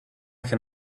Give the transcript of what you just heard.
can